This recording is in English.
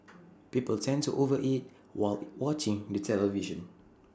people tend to over eat while watching the television